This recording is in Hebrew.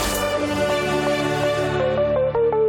קצר ולעניין, קולע.